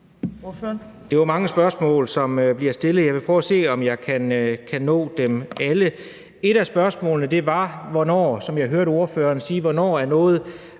Det var mange spørgsmål, som blev stillet. Jeg vil prøve at se, om jeg kan nå dem alle. Et af spørgsmålene var, som jeg hørte ordføreren sige, hvornår noget